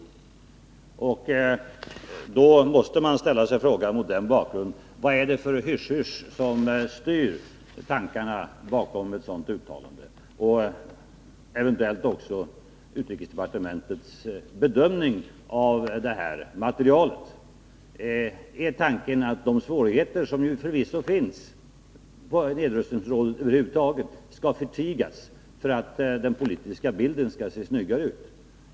Mot den bakgrunden måste man ställa sig frågan: Vad är det för hyssj-hyssj som styr tankarna bakom ett sådant uttalande och eventuellt också utrikesdepartementets bedömning av detta material? Är tanken att de svårigheter som förvisso finns på nedrustningsområdet över huvud taget skall förtigas för att den politiska bilden skall se snyggare ut?